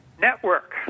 network